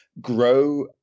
grow